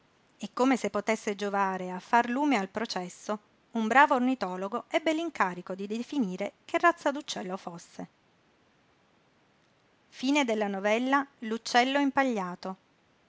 e come se potesse giovare a far lume al processo un bravo ornitologo ebbe l'incarico di definire che razza d'uccello fosse